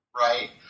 right